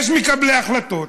יש מקבלי החלטות,